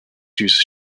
uses